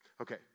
Okay